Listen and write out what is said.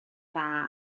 dda